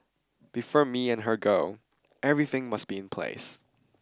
before me and her go everything must be in place